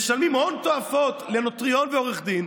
משלמים הון תועפות לנוטריון ועורך דין.